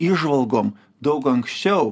įžvalgom daug anksčiau